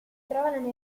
trovano